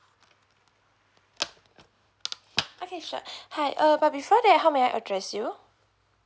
okay sure hi but before that how may I address you